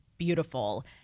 beautiful